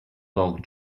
dog